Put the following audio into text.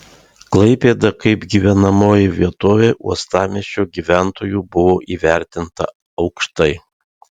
klaipėda kaip gyvenamoji vietovė uostamiesčio gyventojų buvo įvertinta aukštai